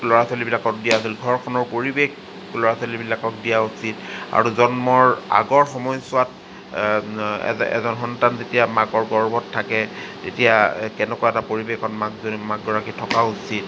ল'ৰা ছোৱালীবিলাকক দিয়া হৈছিল ঘৰখনৰ পৰিৱেশ ল'ৰা ছোৱালীবিলাকক দিয়া উচিত আৰু জন্মৰ আগৰ সময়ছোৱাত এজন সন্তান যেতিয়া মাকৰ গৰ্ভত থাকে তেতিয়া কেনেকুৱা এটা পৰিৱেশত মাকজনী মাকগৰাকী থকা উচিত